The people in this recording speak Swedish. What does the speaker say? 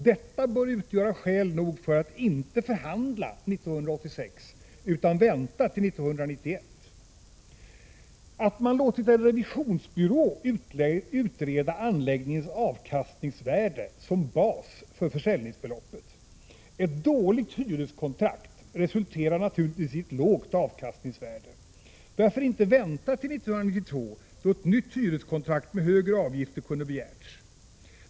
Detta bör utgöra skäl nog för att inte förhandla 1986, utan att vänta till 1991. att man låtit en revisionsbyrå utreda anläggningens avkastningsvärde som bas för försäljningsbeloppet. Ett dåligt hyreskontrakt resulterar naturligtvis i ett lågt avkastningsvärde. Varför inte vänta till 1992, då ett nytt hyreskontrakt med högre avgifter kunde ha begärts?